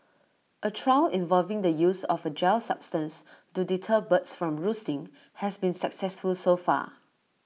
A trial involving the use of A gel substance to deter birds from roosting has been successful so far